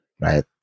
right